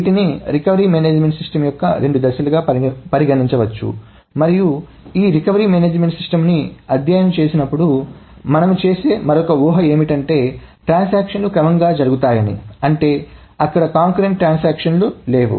వీటిని recovery management system యొక్క రెండు దశలుగా పరిగణించవచ్చు మరియు ఈ రికవరీ మేనేజ్మెంట్ సిస్టమ్ని అధ్యయనం చేసినప్పుడు మనం చేసే మరొక ఊహ ఏమిటంటే ట్రాన్సాక్షన్ లు క్రమంగా జరుగుతాయనీ అంటే అక్కడ కాన్కరెంట్ ట్రాన్సాక్షన్ లు లేవు